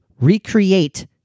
recreate